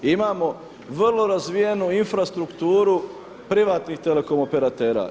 Imamo vrlo razvijenu infrastrukturu privatnih telekom operatera.